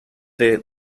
the